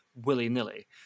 willy-nilly